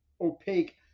opaque